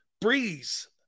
Breeze